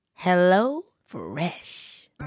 HelloFresh